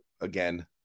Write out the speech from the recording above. again